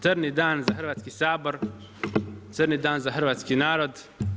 Crni dan za Hrvatski sabor, crni dan za hrvatski narod.